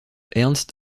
ernst